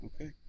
Okay